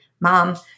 mom